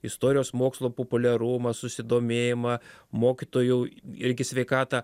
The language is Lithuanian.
istorijos mokslo populiarumą susidomėjimą mokytojau irgi sveikatą